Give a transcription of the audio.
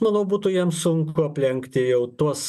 manau būtų jam sunku aplenkti jau tuos